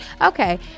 Okay